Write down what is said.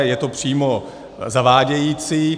Je to přímo zavádějící.